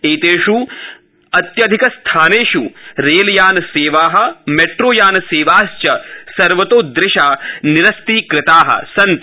एतेष् अत्यधिकस्थानेष् रेलयानसेवा मेट्रोयानसेवाश्च सर्वतोदृशा निरस्तीकृता सन्ति